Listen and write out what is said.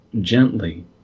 gently